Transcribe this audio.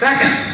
Second